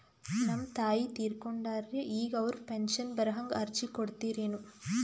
ನಮ್ ತಾಯಿ ತೀರಕೊಂಡಾರ್ರಿ ಈಗ ಅವ್ರ ಪೆಂಶನ್ ಬರಹಂಗ ಅರ್ಜಿ ಕೊಡತೀರೆನು?